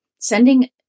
sending